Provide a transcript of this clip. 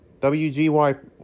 WGY